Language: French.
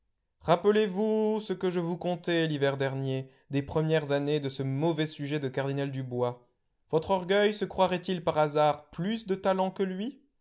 rappelez-vous ce que je vous contais l'hiver dernier des premières années de ce mauvais sujet de cardinal dubois votre orgueil se croirait il par hasard plus de talent que lui